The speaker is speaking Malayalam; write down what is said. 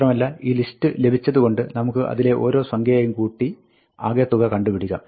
മാത്രമല്ല ഈ ലിസ്റ്റ് ലഭിച്ചതുകൊണ്ട് നമുക്ക് അതിലെ ഓരോ സംഖ്യയും കൂട്ടി ആകെ തുക കണ്ടുപിടിക്കാം